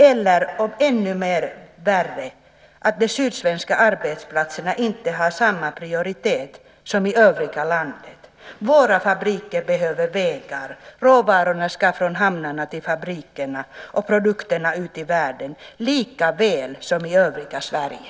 Eller ännu värre: Har inte de sydsvenska arbetsplatserna samma prioritet som de i övriga landet? Våra fabriker behöver vägar. Råvarorna ska från hamnarna till fabrikerna och produkterna ut i världen likaväl som i övriga Sverige.